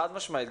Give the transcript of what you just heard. חד משמעית.